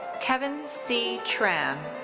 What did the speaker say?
kevyn c. tran.